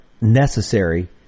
necessary